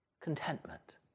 contentment